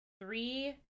three